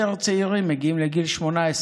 יותר צעירים מגיעים לגיל 18,